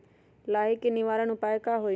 लाही के निवारक उपाय का होई?